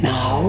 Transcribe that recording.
Now